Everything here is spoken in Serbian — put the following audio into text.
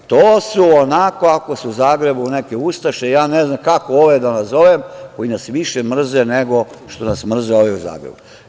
Ako su u Zagrebu neke ustaše, ja ne znam kako ove da nazovem, koji nas više mrze nego što nas mrze ovi u Zagrebu.